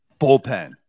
bullpen